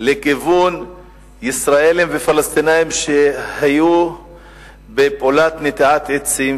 לכיוון ישראלים ופלסטינים שהיו בפעולת נטיעת עצים,